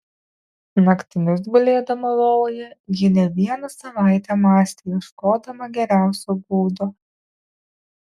naktimis gulėdama lovoje ji ne vieną savaitę mąstė ieškodama geriausio būdo